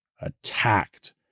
Attacked